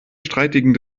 streitigen